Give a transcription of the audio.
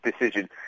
decision